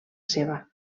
seva